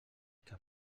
que